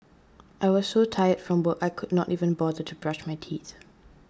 I was so tired from work I could not even bother to brush my teeth